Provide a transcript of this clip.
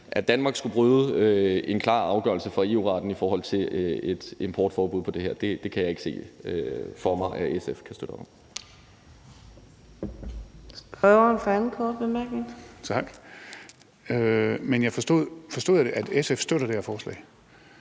at Danmark skulle bryde en klar afgørelse fra EU-retten i forhold til et importforbud på det her område, kan jeg ikke se for mig at SF kan støtte op